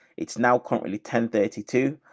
it's now currently ten thirty two.